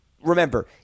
remember